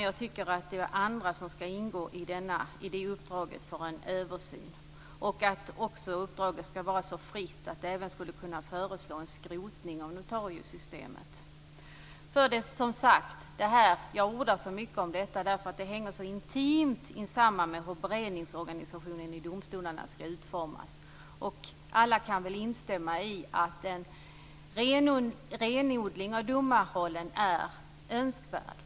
Jag tycker att det är andra som ska ingå i uppdraget för en översyn och att uppdraget ska vara så fritt att det även skulle kunna gå att föreslå en skrotning av notariesystemet. Jag ordar så mycket om detta därför att det så intimt hänger samman med hur beredningsorganisationen i domstolarna ska utformas. Alla kan väl instämma i att en renodling av domarrollen är önskvärd.